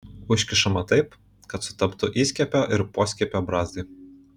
užkišama taip kad sutaptų įskiepio ir poskiepio brazdai